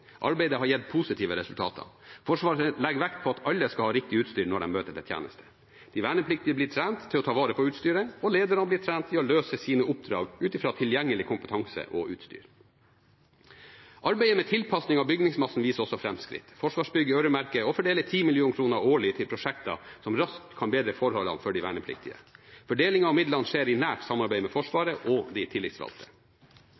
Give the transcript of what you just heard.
Arbeidet har gitt positive resultater. Forsvaret legger vekt på at alle skal ha riktig utstyr når de møter til tjeneste. De vernepliktige blir trent til å ta vare på utstyret, og lederne blir trent i å løse sine oppdrag ut fra tilgjengelig kompetanse og utstyr. Arbeidet med tilpasning av bygningsmassen viser også framskritt. Forsvarsbygg øremerker og fordeler 10 mill. kr årlig til prosjekter som raskt kan bedre forholdene for de vernepliktige. Fordelingen av midlene skjer i nært samarbeid med